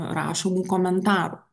rašomų komentarų